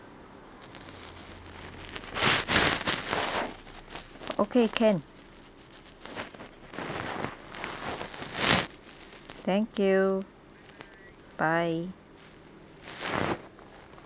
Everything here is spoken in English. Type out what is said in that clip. okay can thank you bye